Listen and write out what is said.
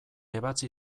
ebatzi